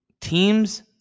Teams